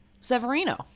Severino